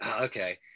Okay